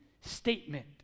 statement